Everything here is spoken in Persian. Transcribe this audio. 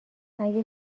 اگه